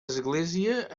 església